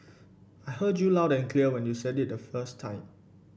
I heard you loud and clear when you said it the first time